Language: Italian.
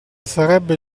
sarebbe